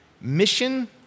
mission